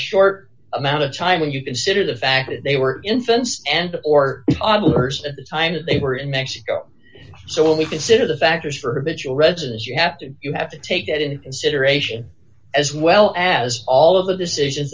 short amount of time when you consider the fact that they were infants and or auditors at the time that they were in mexico so when we consider the factors for which residence you have to you have to take it into consideration as well as all of the decisions